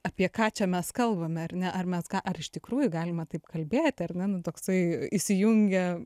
apie ką čia mes kalbame ar ne ar mes ar iš tikrųjų galima taip kalbėti ar ne nu toksai įsijungia